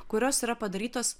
kurios yra padarytos